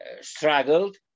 struggled